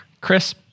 Chris